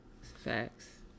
Facts